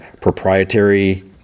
proprietary